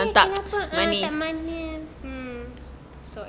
ni kenapa tak manis mm